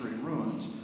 ruins